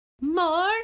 More